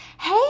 Hey